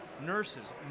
nurses